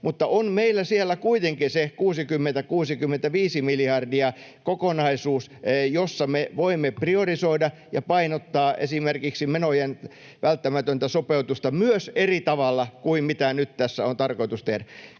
Mutta on meillä siellä kuitenkin se 60—65 miljardin kokonaisuus, jossa me voimme priorisoida ja painottaa esimerkiksi menojen välttämätöntä sopeutusta myös eri tavalla kuin mitä nyt tässä on tarkoitus tehdä.